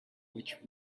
which